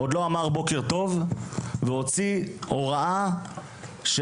ולפני שהספיק לומר בוקר טוב כבר הוציא הוראה שחברי